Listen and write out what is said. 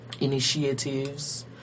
initiatives